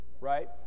right